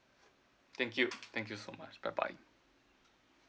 thank you thank you so much bye bye